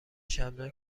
شبنم